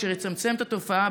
אשר יצמצם את התופעה,